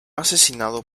asesinado